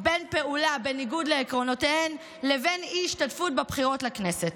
בין פעולה בניגוד לעקרונותיהן לבין אי-השתתפות בבחירות לכנסת.